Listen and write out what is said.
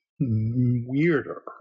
weirder